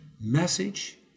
message